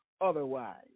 otherwise